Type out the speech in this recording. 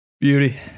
Beauty